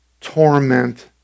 torment